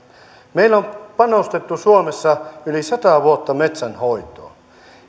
meillä on panostettu suomessa yli sata vuotta metsänhoitoon